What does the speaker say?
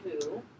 two